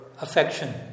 affection